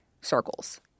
circles